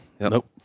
Nope